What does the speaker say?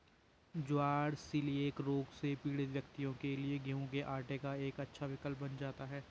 ज्वार coeliac रोग से पीड़ित व्यक्तियों के लिए गेहूं के आटे का एक अच्छा विकल्प बन जाता है